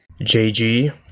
JG